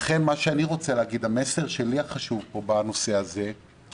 לכן המסר החשוב שלי בנושא הזה הוא